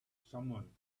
someone